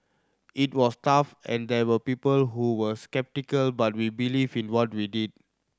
it was tough and there were people who were sceptical but we believed in what we did